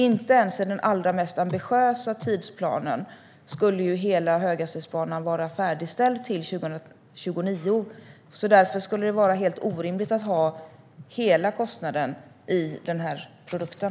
Inte ens enligt den allra mest ambitiösa tidsplanen skulle hela höghastighetsbanan vara färdigställd till 2029. Därför skulle det vara helt orimligt att ha hela kostnaden i den här produkten.